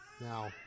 Now